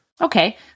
Okay